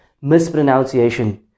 mispronunciation